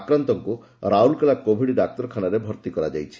ଆକ୍ରାନ୍ତଙ୍କୁ ରାଉରକେଲା କୋଡିଡ଼୍ ଡାକ୍ତରଖାନାରେ ଭର୍ତ୍ତି କରାଯାଇଛି